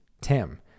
Tim